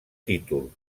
títol